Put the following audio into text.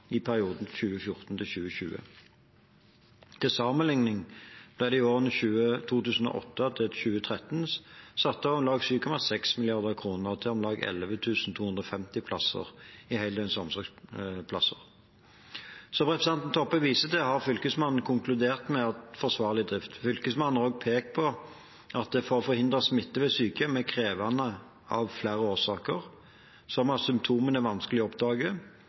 i perioden 2014–2020. Til sammenligning ble det i årene 2008–2013 satt av om lag 7,6 mrd. kr til om lag 11 250 heldøgns omsorgsplasser. Som representanten Toppe viser til, har Fylkesmannen konkludert med forsvarlig drift. Fylkesmannen har også pekt på at å forhindre smitte ved sykehjem er krevende av flere årsaker, som at symptomene er vanskelige å oppdage,